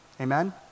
Amen